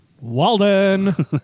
Walden